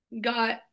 got